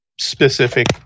specific